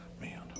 Man